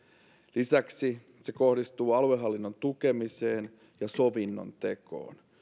lisäksi se kohdistuu aluehallinnon tukemiseen ja sovinnontekoon